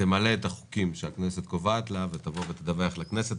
תמלא את החוקים שהכנסת קובעת לה ותבוא ותדווח לכנסת.